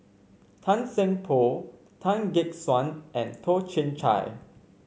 Tan Seng Poh Tan Gek Suan and Toh Chin Chye